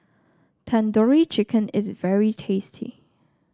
Tandoori Chicken is very tasty